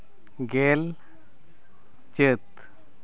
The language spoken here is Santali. ᱜᱮᱞ ᱪᱟᱹᱛ